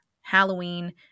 Halloween